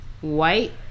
white